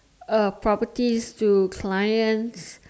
a properties to clients